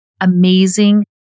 amazing